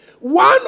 One